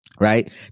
right